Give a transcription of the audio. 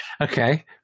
Okay